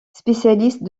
spécialiste